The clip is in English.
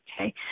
okay